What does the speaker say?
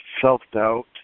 self-doubt